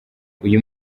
uyu